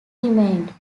remained